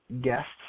guests